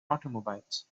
automobiles